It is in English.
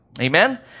Amen